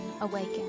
awaken